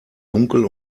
dunkel